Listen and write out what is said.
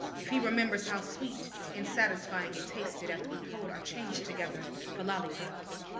if he remembers how sweet and satisfying it tasted after we pulled our changed together for lollipops.